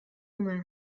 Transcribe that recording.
اومد